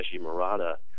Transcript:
Murata